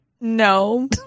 no